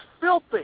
filthy